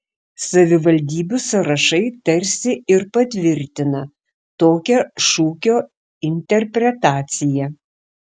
savivaldybių sąrašai tarsi ir patvirtina tokią šūkio interpretaciją